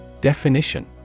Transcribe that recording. Definition